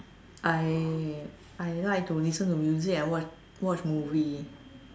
I like to listen to music and watch watch movie